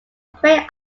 prey